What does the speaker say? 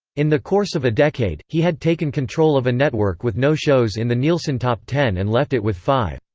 in the course of a decade, he had taken control of a network with no shows in the nielsen top ten and left it with five.